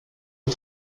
aux